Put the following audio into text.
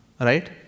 right